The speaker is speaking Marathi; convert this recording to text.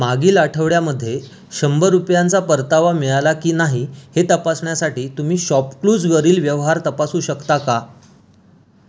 मागील आठवड्यामध्ये शंभर रुपयांचा परतावा मिळाला की नाही हे तपासण्यासाठी तुम्ही शॉपक्लूजवरील व्यवहार तपासू शकता का